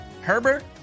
Herbert